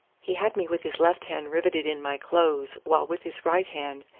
he had me with his left hand riveted in my clothes while with his right hand,